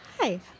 Hi